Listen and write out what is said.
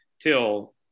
till